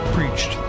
Preached